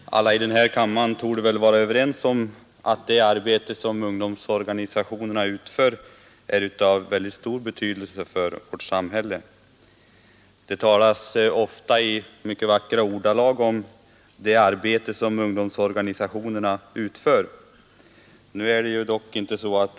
Fru talman! Alla i den här kammaren torde vara överens om att det arbete som ungdomsorganisationerna utför är av mycket stor betydelse för vårt samhälle. Det talas också ofta i mycket vackra ordalag om det arbete som ungdomsorganisationerna utför.